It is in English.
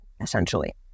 essentially